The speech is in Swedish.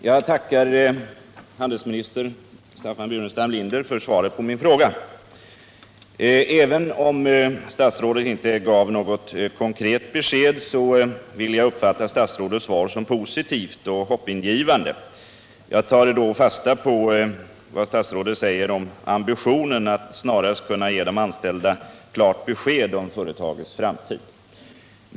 Herr talman! Jag tackar handelsminister Staffan Burenstam Linder för svaret på min fråga. Även om statsrådet inte gav något konkret besked, vill jag uppfatta svaret som positivt och hoppingivande. Jag tar då fasta på vad statsrådet sade om ambitionen att snarast kunna ge de anställda klara besked om företagets framtid.